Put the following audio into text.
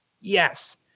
Yes